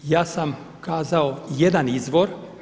Ja sam kazao jedan izvor.